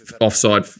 offside